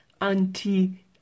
anti-